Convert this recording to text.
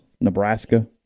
Nebraska